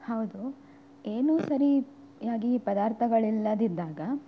ಹೌದು ಏನೂ ಸರಿಯಾಗಿ ಪದಾರ್ಥಗಳಿಲ್ಲದಿದ್ದಾಗ